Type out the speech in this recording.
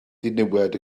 ddiniwed